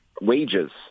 wages